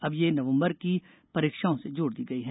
अब ये नवम्बर की परीक्षाओं से जोड़ दी गई हैं